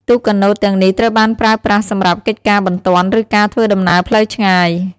ទូកកាណូតទាំងនេះត្រូវបានប្រើប្រាស់សម្រាប់កិច្ចការបន្ទាន់ឬការធ្វើដំណើរផ្លូវឆ្ងាយ។